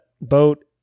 boat